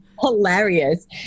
hilarious